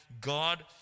God